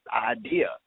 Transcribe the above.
idea